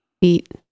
beat